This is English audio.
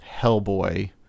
Hellboy